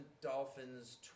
Dolphins